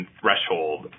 threshold